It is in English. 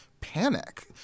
panic